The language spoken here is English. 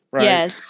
Yes